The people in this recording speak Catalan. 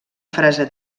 frase